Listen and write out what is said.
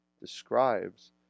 describes